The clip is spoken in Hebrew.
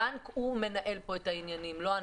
הבנק מנהל פה את העניינים, לא אנחנו.